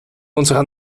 unserer